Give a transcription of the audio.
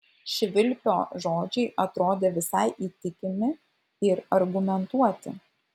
švilpio žodžiai atrodė visai įtikimi ir argumentuoti